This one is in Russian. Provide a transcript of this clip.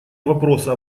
вопроса